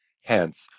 Hence